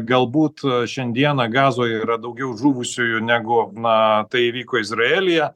galbūt šiandieną gazoj yra daugiau žuvusiųjų negu na tai įvyko izraelyje